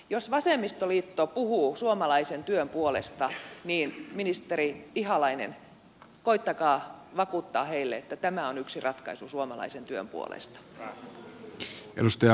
jos vasemmistoliitto puhuu suomalaisen työn puolesta niin ministeri ihalainen koettakaa vakuuttaa heille että tämä on yksi ratkaisu suomalaisen työn puolesta